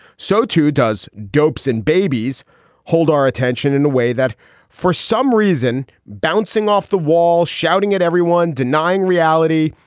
so too, does dopes and babies hold our attention in a way that for some reason bouncing off the walls, shouting at everyone, denying reality,